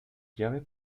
llaves